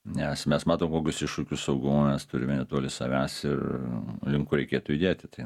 nes mes matom kokius iššūkius saugumui mes turime netoli savęs ir link kur reikėtų judėti tai